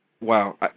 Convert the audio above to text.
wow